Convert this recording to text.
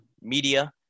media